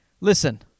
listen